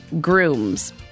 Grooms